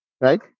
Right